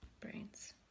brains